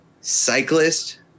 cyclist